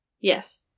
Yes